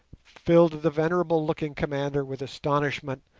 filled the venerable-looking commander with astonishment,